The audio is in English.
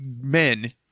men